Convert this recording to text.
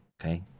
okay